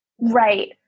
Right